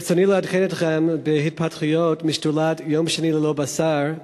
ברצוני לעדכן אתכם בהתפתחויות משדולת "יום שני ללא בשר",